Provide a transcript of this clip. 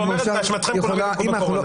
ואומרת: באשמתכם כולם יידבקו בקורונה.